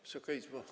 Wysoka Izbo!